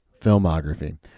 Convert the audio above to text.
filmography